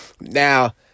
Now